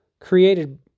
created